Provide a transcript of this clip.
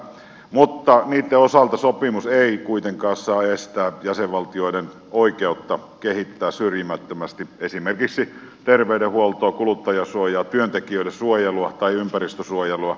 mutta niitten osalta sopimus ei kuitenkaan saa estää jäsenvaltioiden oikeutta kehittää syrjimättömästi esimerkiksi terveydenhuoltoa kuluttajansuojaa työntekijöiden suojelua tai ympäristönsuojelua